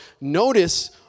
notice